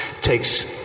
takes